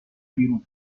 بیرون